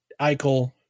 Eichel